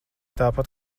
tāpat